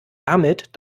damit